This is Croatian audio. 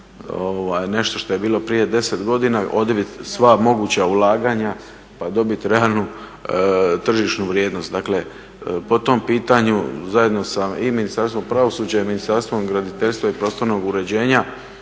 nešto što je bilo prije 10 godina, odbit sva moguća ulaganja pa dobiti realnu tržišnu vrijednost. Dakle, po tom pitanju zajedno sa i Ministarstvom pravosuđa i Ministarstvom graditeljstva i prostornog uređenja